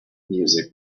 music